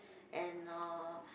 and uh